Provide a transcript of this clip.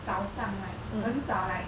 早上 like 很早 like